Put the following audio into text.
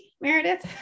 Meredith